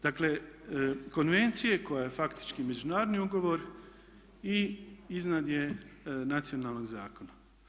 Dakle, konvencije koje je faktički međunarodni ugovor i iznad je nacionalnog zakona.